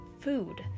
food